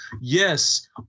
Yes